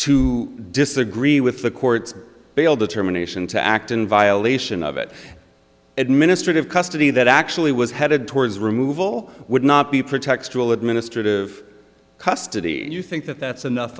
to disagree with the court's bail determination to act in violation of it administrative custody that actually was headed towards removal would not be protectable administrative custody you think that that's enough